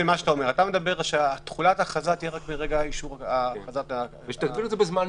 אתה אומר שתחולת ההכרזה תהיה רק ברגע אישור --- שתגבילו את זה בזמן,